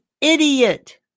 idiot